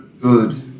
good